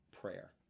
prayer